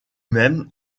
même